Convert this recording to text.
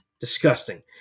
disgusting